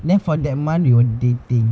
then for that month they were dating